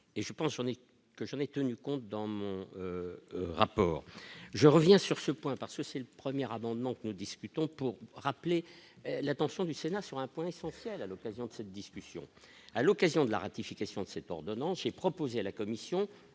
en effet que jamais tenu compte dans le rapport, je reviens sur ce point parce que c'est le 1er amendement que nous discutons pour rappeler l'attention du Sénat sur un point, à l'occasion de cette discussion, à l'occasion de la ratification de cette ordonnance est proposé à la Commission